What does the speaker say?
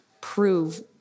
prove